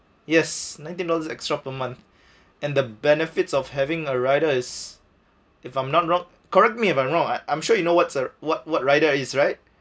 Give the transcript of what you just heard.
yes nineteen dollars extra per month and the benefits of having a rider is if I'm not wrong correct me if I'm wrong what I'm sure you know what's uh what what rider is right